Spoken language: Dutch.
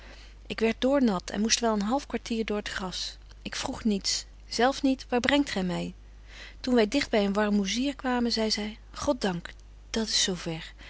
ik werd doornat en moest wel een half kwartier door t gras ik vroeg niets betje wolff en aagje deken historie van mejuffrouw sara burgerhart zelf niet waar brengt gy my toen wy digt by een warmoezier kwamen zei zy god dank dat s zo ver